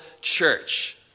church